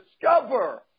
discover